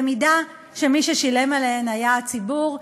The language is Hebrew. במידה שמי ששילם עליהן היה הציבור?